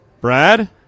Brad